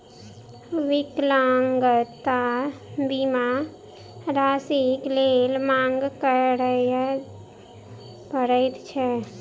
विकलांगता बीमा राशिक लेल मांग करय पड़ैत छै